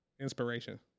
Inspiration